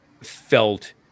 felt